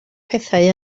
pethau